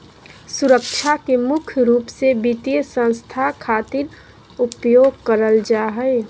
सुरक्षा के मुख्य रूप से वित्तीय संस्था खातिर उपयोग करल जा हय